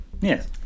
yes